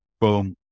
Boom